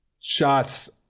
shots